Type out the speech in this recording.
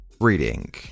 reading